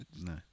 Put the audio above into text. No